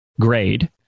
grade